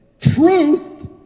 truth